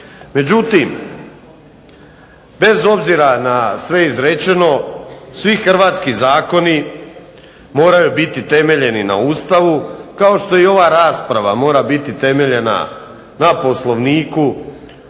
Međutim bez obzira na sve izrečeno, svi hrvatski zakoni moraju biti temeljeni na Ustavu kao što i ova rasprava mora biti temeljena na Poslovniku